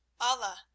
Allah